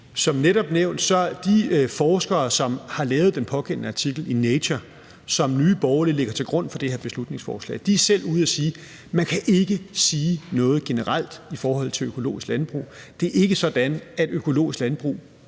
Som netop nævnt er de forskere, som har lavet den pågældende artikel i Nature, som Nye Borgerlige lægger til grund for det her beslutningsforslag, selv ude at sige, at man ikke kan sige noget generelt om økologisk landbrug. Det er ikke sådan, at økologisk landbrug